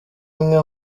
imwe